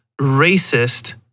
racist